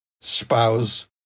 spouse